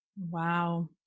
Wow